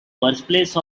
birthplace